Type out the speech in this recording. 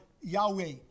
Yahweh